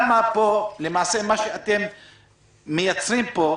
פה אתם מייצרים,